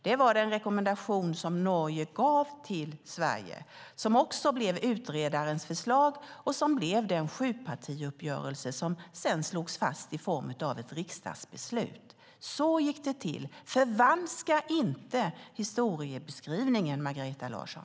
Det var den typ av rekommendation som Norge gav till Sverige och som också blev utredarens förslag som ledde till den sjupartiuppgörelse som sedan slogs fast i form av ett riksdagsbeslut. Så gick det till. Förvanska inte historiebeskrivningen, Margareta Larsson!